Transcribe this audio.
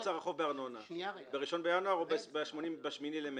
ב-1 בינואר או ב-8 במרץ?